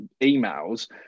emails